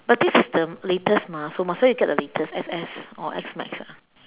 but this is the latest mah so might as well you get the latest so X_S or S max ah